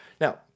Now